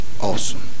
awesome